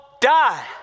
die